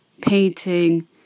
painting